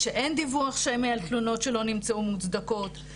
שאין דיווח שמי על תלונות שלא נמצאו מוצדקות.